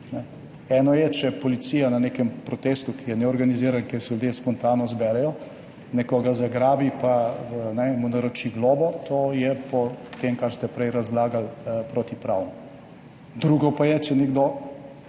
Eno je, če policija na nekem protestu, ki je neorganiziran, ker se ljudje spontano zberejo, nekoga zagrabi pa mu naroči globo, to je potem, kar ste prej razlagali, protipravno. Drugo pa je, če nekdo